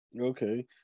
Okay